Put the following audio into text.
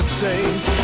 saints